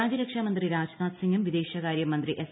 രാജ്യരക്ഷാ മന്ത്രി രാജ്നാഥ് സിംഗും വിദേശകാരൃ മന്ത്രി എസ്